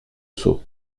seau